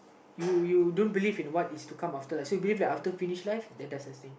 you you don't believe in what is to come after so you believe that after finish life then that's the same